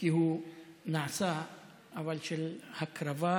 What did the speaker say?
אבל של הקרבה